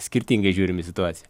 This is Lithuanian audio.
skirtingai žiūrim į situaciją